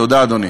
תודה, אדוני.